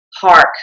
park